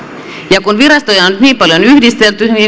ja kun virastoja on nyt niin paljon yhdistelty